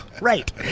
right